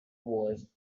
was